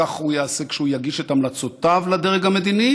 כך הוא יעשה כשהוא יגיש את המלצותיו לדרג המדיני